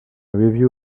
review